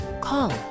Call